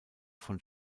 von